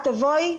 את תבואי,